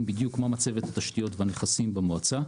בדיוק מה מצבת התשתיות והנכסים במועצה,